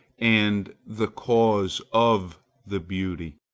and the cause of the beauty.